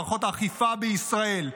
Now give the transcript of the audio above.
מערכות האכיפה בישראל,